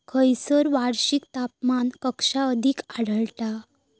खैयसर वार्षिक तापमान कक्षा अधिक आढळता?